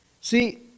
See